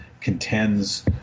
contends